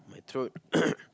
my throat